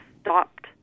stopped